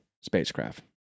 spacecraft